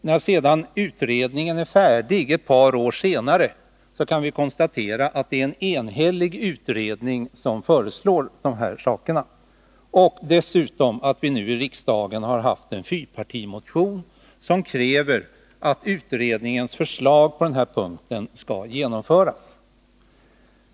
Vi kan konstatera dels att det var en enhällig utredning som, när den var färdig ett par år senare, lade fram förslaget, dels att vi nu i riksdagen har haft att behandla en fyrpartimotion, som kräver att utredningens förslag på den här punkten skall genomföras.